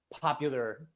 popular